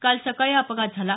काल सकाळी हा अपघात झाला